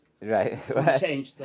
Right